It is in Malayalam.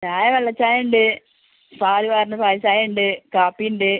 ചായ വെള്ളച്ചായ ഉണ്ട് പാൽ പാർന്ന പാൽച്ചായ ഉണ്ട് കാപ്പി ഉണ്ട്